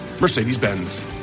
Mercedes-Benz